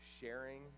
sharing